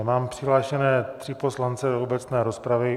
Mám přihlášené tři poslance do obecné rozpravy.